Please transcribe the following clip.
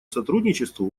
сотрудничеству